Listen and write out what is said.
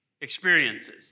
experiences